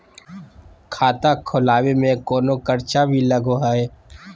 खाता खोलावे में कौनो खर्चा भी लगो है?